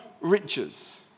riches